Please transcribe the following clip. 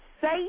safe